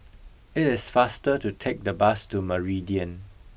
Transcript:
it is faster to take the bus to Meridian